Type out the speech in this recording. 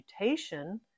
mutation